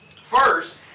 First